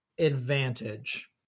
advantage